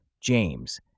James